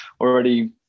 already